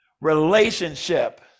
Relationship